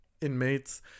inmates